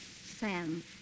Sam